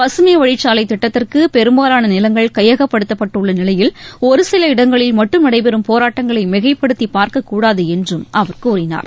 பசுமை வழிச்சாலைத் திட்டத்திற்கு பெரும்பாலான நிலங்கள் கையகப்படுத்தப்பட்டுள்ள நிலையில் ஒரு சில இடங்களில் மட்டும் நடைபெறும் போராட்டங்களை மிகைப்படுத்தி பார்க்கக்கூடாது என்று அவர் கூறினார்